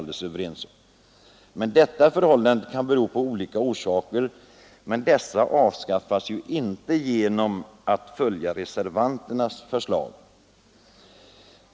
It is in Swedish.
Detta kan bero på olika saker, men dessa avskaffas inte genom att man följer reservanternas förslag.